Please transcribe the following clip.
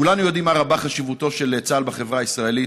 כולנו יודעים מה רבה חשיבותו של צה"ל בחברה הישראלית,